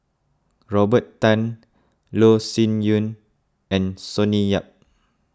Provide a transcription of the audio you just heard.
Robert Tan Loh Sin Yun and Sonny Yap